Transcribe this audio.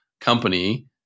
company